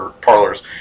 parlors